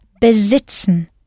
besitzen